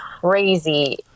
crazy